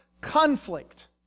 conflict